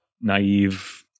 naive